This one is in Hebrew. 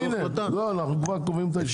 אנחנו כבר קובעים את הישיבה.